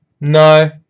no